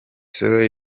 sol